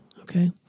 Okay